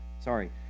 sorry